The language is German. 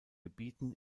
gebieten